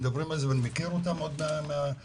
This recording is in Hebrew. למען הגילוי הנאות,